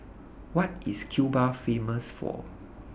What IS Cuba Famous For